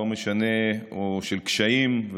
או של קשיים,